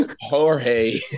Jorge